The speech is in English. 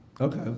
Okay